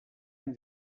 amb